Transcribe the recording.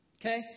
okay